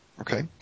Okay